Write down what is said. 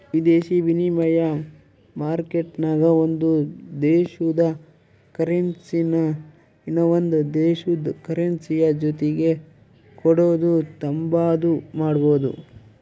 ವಿದೇಶಿ ವಿನಿಮಯ ಮಾರ್ಕೆಟ್ನಾಗ ಒಂದು ದೇಶುದ ಕರೆನ್ಸಿನಾ ಇನವಂದ್ ದೇಶುದ್ ಕರೆನ್ಸಿಯ ಜೊತಿಗೆ ಕೊಡೋದು ತಾಂಬಾದು ಮಾಡ್ಬೋದು